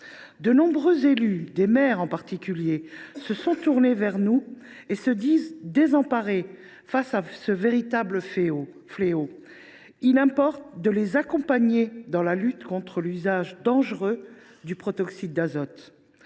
De nombreux élus, et en particulier des maires, se sont tournés vers nous et se disent désemparés face à ce véritable fléau. Il importe de les accompagner dans la lutte contre l’usage dangereux du protoxyde d’azote.